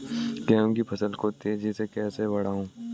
गेहूँ की फसल को तेजी से कैसे बढ़ाऊँ?